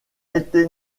été